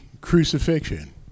crucifixion